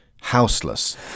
houseless